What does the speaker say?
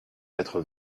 quatre